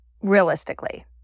realistically